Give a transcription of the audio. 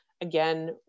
again